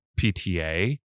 PTA